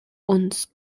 uns